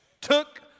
Took